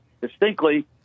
distinctly